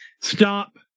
Stop